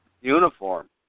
uniform